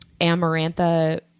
Amarantha